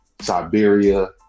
Siberia